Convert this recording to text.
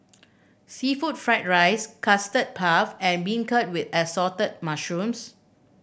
seafood fried rice Custard Puff and beancurd with Assorted Mushrooms